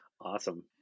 awesome